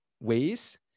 ways